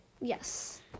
Yes